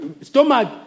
stomach